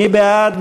מי בעד?